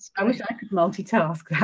i wish i could multitask